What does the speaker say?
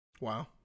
Wow